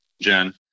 Jen